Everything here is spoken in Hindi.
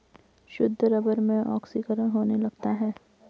शुद्ध रबर में ऑक्सीकरण होने लगता है